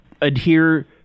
adhere